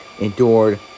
endured